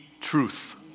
truth